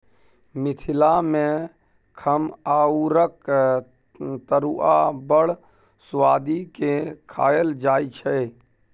मिथिला मे खमहाउरक तरुआ बड़ सुआदि केँ खाएल जाइ छै